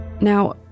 Now